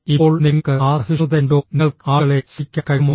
ഇപ്പോൾ നിങ്ങൾക്ക് ആ സഹിഷ്ണുതയുണ്ടോ നിങ്ങൾക്ക് ആളുകളെ സഹിക്കാൻ കഴിയുമോ